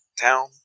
Town